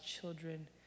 children